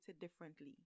differently